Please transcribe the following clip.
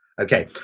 Okay